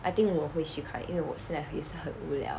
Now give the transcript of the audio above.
I think 我会去看因为我现在也是很无聊